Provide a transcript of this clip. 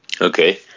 Okay